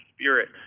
spirit